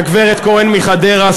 הגברת כהן מחדרה,